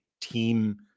team